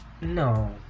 No